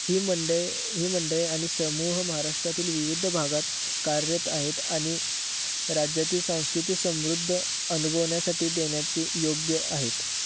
ही मंडळी ही मंडळी आणि समूह महाराष्ट्रातील विविध भागात कार्यरत आहेत आणि राज्यातील संस्कृती समृद्ध अनुभवण्यासाठी देण्याची योग्य आहेत